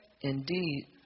indeed